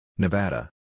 Nevada